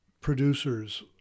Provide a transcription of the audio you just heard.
producers